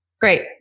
great